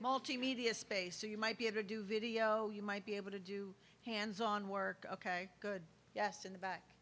multimedia space so you might be a to do video you might be able to do hands on work ok good yes in the back